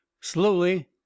slowly